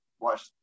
watch